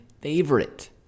favorite